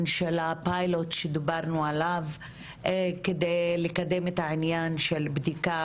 של הפיילוט שדיברנו עליו כדי לקדם את העניין של בדיקה